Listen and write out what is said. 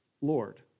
Lord